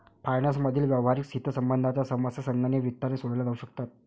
finance मधील व्यावहारिक हितसंबंधांच्या समस्या संगणकीय वित्ताने सोडवल्या जाऊ शकतात